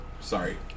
Sorry